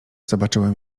zobaczyłem